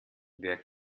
wer